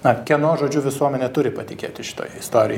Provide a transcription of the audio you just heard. na kieno žodžiu visuomenė turi patikėti šitoje istori